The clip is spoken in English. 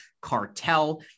cartel